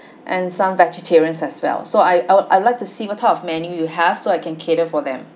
and some vegetarians as well so I I woul~ I would like to see what type of menu you have so I can cater for them